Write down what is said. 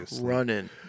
running